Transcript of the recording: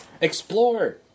Explore